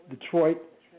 Detroit